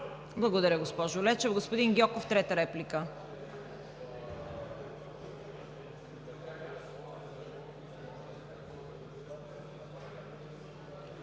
Благодаря, госпожо Лечева. Господин Гьоков – трета реплика.